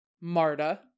Marta